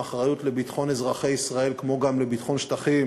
האחריות לביטחון אזרחי ישראל כמו גם לביטחון שטחים